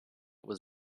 was